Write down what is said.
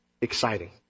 exciting